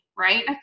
right